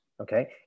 okay